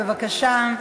בבקשה.